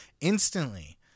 instantly